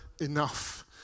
enough